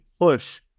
push